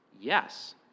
Yes